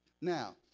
Now